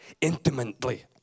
intimately